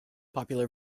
popular